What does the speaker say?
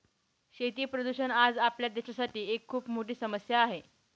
शेती प्रदूषण आज आपल्या देशासाठी एक खूप मोठी समस्या आहे